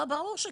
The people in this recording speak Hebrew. ברור שכן.